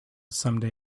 someday